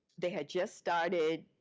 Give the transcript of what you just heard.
they had just started,